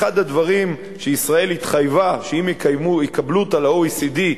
אחד הדברים שישראל התחייבה להעביר אם יקבלו אותה ל-OECD,